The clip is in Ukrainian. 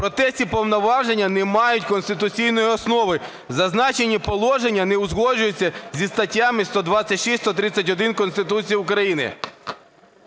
проте ці повноваження не мають конституційної основи, зазначені положення не узгоджуються зі статтями 126, 131 Конституції України.